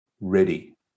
ready